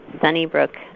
Sunnybrook